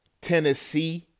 Tennessee